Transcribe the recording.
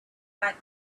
pipe